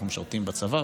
אנחנו משרתים בצבא,